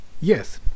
Yes